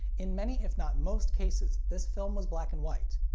in many if not most cases, this film was black and white.